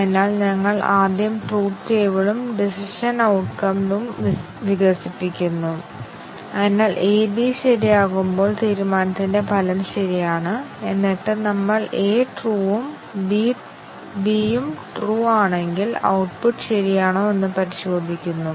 അതിനാൽ ഒരു കണ്ടീഷണൽ എക്സ്പ്രെഷനിൽ നമുക്ക് 2 അല്ലെങ്കിൽ 3 ആറ്റോമിക് അവസ്ഥകൾ ഉള്ളിടത്തോളം ഒന്നിലധികം കണ്ടീഷൻ കവറേജ് അർത്ഥവത്താണ്